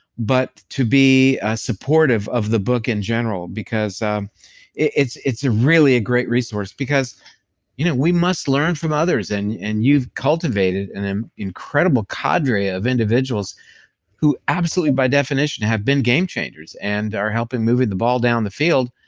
but to be supportive of the book in general because um it's it's a really a great resource because you know we must learn from others and and you've cultivated an incredible cadre of individuals who absolutely, by definition, have been game changers and are helping moving the ball down the field,